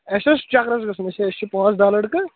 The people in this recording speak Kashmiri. اَسہِ اوس چکرس گژھُن أسۍ چھ پانٛژھ داہ لٔڑکہٕ